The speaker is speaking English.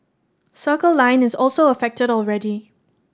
Circle Line is also affected already